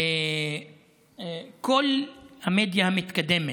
כל המדיה המתקדמת.